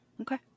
Okay